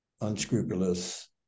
unscrupulous